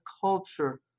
culture